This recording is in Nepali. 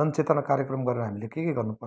जनचेतना कार्यक्रम गरेर हामीले के के गर्नु पर्छ